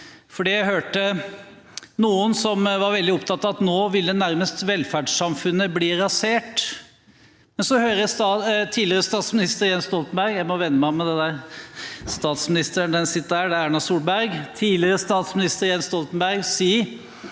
for jeg hørte noen som var veldig opptatt av at nå ville velferdssamfunnet nærmest bli rasert. Men så hører jeg statsminister Jens Stoltenberg – jeg må venne meg av med dette, statsministeren sitter der, det er Erna Solberg – tidligere statsminister Jens Stoltenberg si